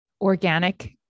organic